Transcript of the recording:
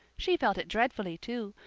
she felt it dreadfully, too,